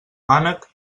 mànec